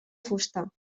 fusta